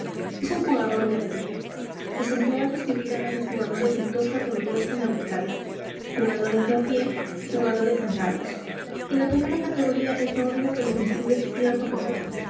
es un jugador de a pie los empleados dividen a los jugadores en dos categorías fundamentales jugadores de a pie y jugadores sentados y la primera categoría es la única que les infunde cierto pavor